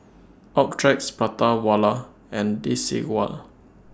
Optrex Prata Wala and Desigual